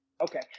Okay